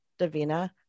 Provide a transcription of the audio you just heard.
Davina